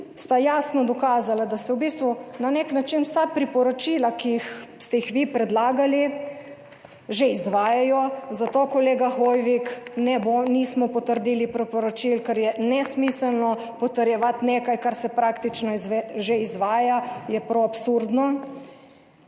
Sta jasno dokazala, da se v bistvu na neki način vsa priporočila, ki ste jih vi predlagali, že izvajajo, zato kolega Hoivik nismo potrdili priporočil, ker je nesmiselno potrjevati nekaj, kar se praktično že izvaja, je prav absurdno.